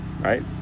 right